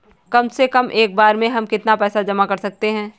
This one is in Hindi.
कम से कम एक बार में हम कितना पैसा जमा कर सकते हैं?